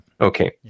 Okay